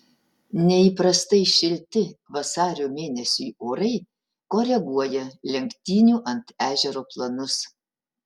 neįprastai šilti vasario mėnesiui orai koreguoja lenktynių ant ežero planus